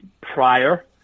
prior